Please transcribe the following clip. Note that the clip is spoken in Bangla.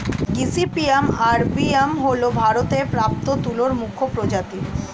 গসিপিয়াম আর্বরিয়াম হল ভারতে প্রাপ্ত তুলোর মুখ্য প্রজাতি